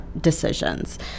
decisions